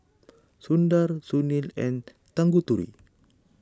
Sundar Sunil and Tanguturi